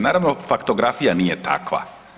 Naravno, faktografija nije takva.